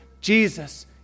Jesus